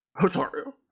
Hotaru